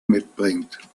mitbringt